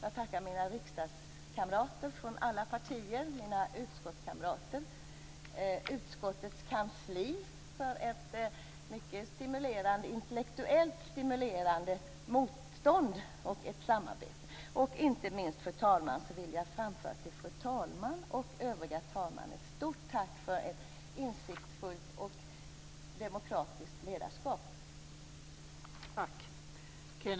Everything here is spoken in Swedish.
Jag tackar mina riksdagskamrater från alla partier, mina utskottskamrater och utskottets kansli för ett mycket intellektuellt stimulerande motstånd och samarbete. Inte minst, fru talman, vill jag också till fru talman och övriga talmän framföra ett stort tack för ett insiktsfullt och demokratiskt ledarskap.